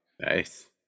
nice